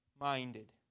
minded